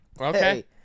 Okay